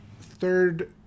Third